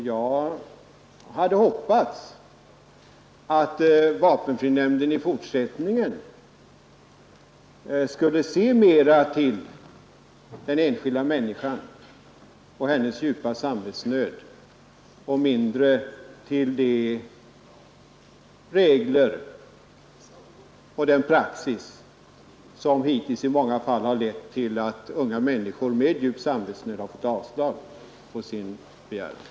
Jag hade hoppats att vapenfrinämnden i fortsättningen skulle se mera till den enskilda människan och hennes djupa samvetsnöd och mindre till de regler och den praxis som hittills i många fall lett till att unga människor med djup samvetsnöd fått avslag på sina ansökningar.